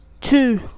two